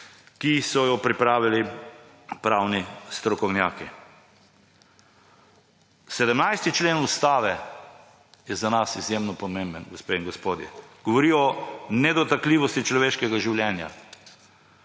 ki so jo pripravili pravni strokovnjaki? 17. člen Ustave je za nas izjemno pomemben, gospe in gospodje. Govori o nedotakljivosti človeškega življenja.